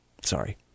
Sorry